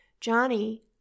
Johnny